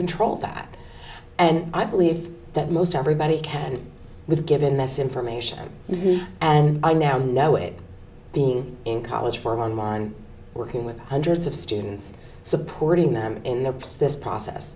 control that and i believe that most everybody can with given this information and i now know it being in college for one mind working with hundreds of students supporting them in their place process